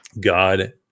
God